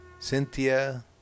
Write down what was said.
Cynthia